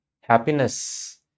happiness